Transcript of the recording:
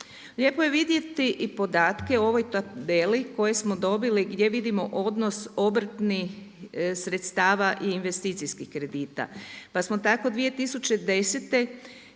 Lijepo je vidjeti i podatke u ovoj tabeli koje smo dobili gdje vidimo odnos obrtnih sredstava i investicijskih kredita, pa smo tako 2010.